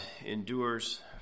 endures